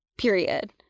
Period